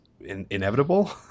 inevitable